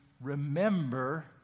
remember